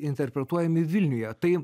interpretuojami vilniuje tai